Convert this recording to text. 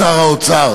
ראיתי היום את שר האוצר